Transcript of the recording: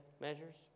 measures